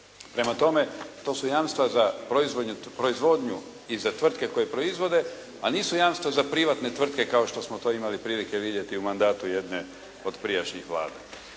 Prema tome to su jamstva za proizvodnju i za tvrtke koje proizvode a nisu jamstva za privatne tvrtke kao što smo to imali priliku imati u mandatu jedne od prijašnjih vlada.